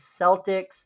Celtics